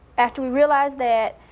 after we realized that,